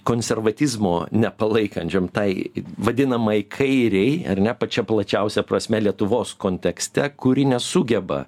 konservatizmo nepalaikančiom tai vadinamai kairei ar ne pačia plačiausia prasme lietuvos kontekste kuri nesugeba